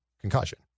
concussion